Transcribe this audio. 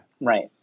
Right